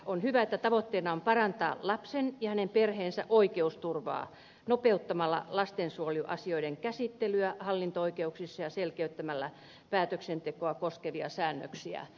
on hyvä että tavoitteena on parantaa lapsen ja hänen perheensä oikeusturvaa nopeuttamalla lastensuojeluasioiden käsittelyä hallinto oikeuksissa ja selkeyttämällä päätöksentekoa koskevia säännöksiä